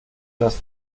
das